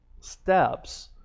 steps